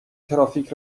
ترافیک